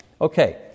Okay